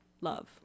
love